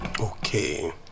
Okay